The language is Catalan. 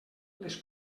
les